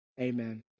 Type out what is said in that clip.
Amen